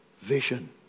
vision